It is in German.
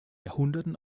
jahrhunderten